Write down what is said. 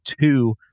two